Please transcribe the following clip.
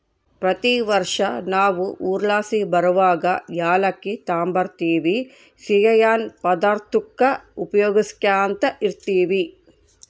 ಪ್ರತಿ ವರ್ಷ ನಾವು ಊರ್ಲಾಸಿ ಬರುವಗ ಏಲಕ್ಕಿ ತಾಂಬರ್ತಿವಿ, ಸಿಯ್ಯನ್ ಪದಾರ್ತುಕ್ಕ ಉಪಯೋಗ್ಸ್ಯಂತ ಇರ್ತೀವಿ